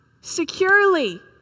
securely